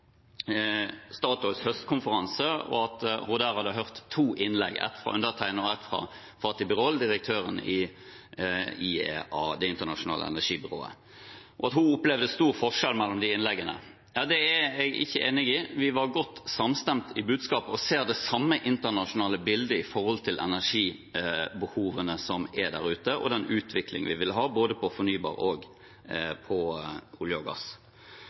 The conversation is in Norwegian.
Statoils høstkonferanse, og at hun der hadde hørt to innlegg, et fra meg og et fra Fatih Birol, direktøren i IEA, Det internasjonale energibyrået, og at hun opplevde at det var stor forskjell på de to innleggene. Det er jeg ikke enig i. Vi var godt samstemte i budskapet og ser det samme internasjonale bildet når det gjelder energibehovet som er der ute, og den utviklingen vi vil ha både på fornybarområdet og innen olje og gass.